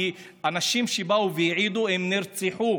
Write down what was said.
כי אנשים שבאו והעידו נרצחו,